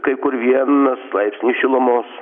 kai kur vien nas laipsnis šilumos